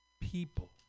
people